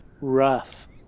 rough